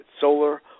solar